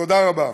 תודה רבה.